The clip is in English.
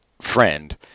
friend